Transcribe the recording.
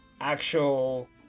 actual